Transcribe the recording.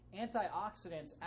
antioxidants